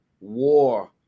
war